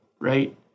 right